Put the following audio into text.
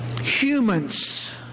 humans